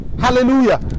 Hallelujah